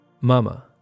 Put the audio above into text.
Mama